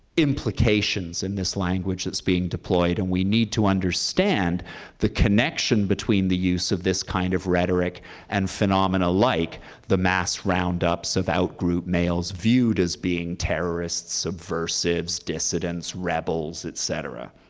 implications in this language that's being deployed, and we need to understand the connection between the use of this kind of rhetoric and phenomena like the mass roundups of out group males viewed as being terrorists, subversives, dissidents, rebels, et cetera.